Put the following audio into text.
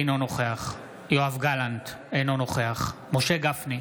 אינו נוכח יואב גלנט, אינו נוכח משה גפני,